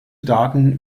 daten